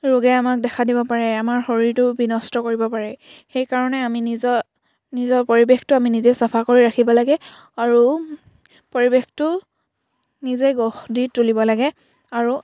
ৰোগে আমাক দেখা দিব পাৰে আমাৰ শৰীৰটো বিনষ্ট কৰিব পাৰে সেইকাৰণে আমি নিজৰ নিজৰ পৰিৱেশটো আমি নিজে চাফা কৰি ৰাখিব লাগে আৰু পৰিৱেশটো নিজে গঢ় দি তুলিব লাগে আৰু